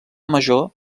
major